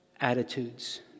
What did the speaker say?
attitudes